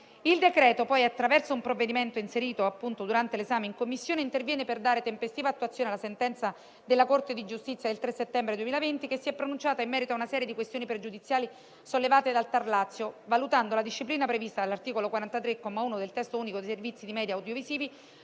Il decreto-legge, attraverso una norma inserita durante l'esame in Commissione, interviene per dare tempestiva attuazione alla sentenza della Corte di giustizia del 3 settembre 2020, che si è pronunciata in merito a una serie di questioni pregiudiziali sollevate dal TAR del Lazio, valutando la disciplina prevista dall'articolo 43, comma 1, del testo unico dei servizi di *media* audiovisivi